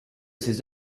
ses